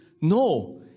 No